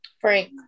Frank